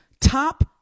top